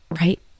right